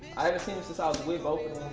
i haven't seen em since i was with both